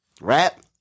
rap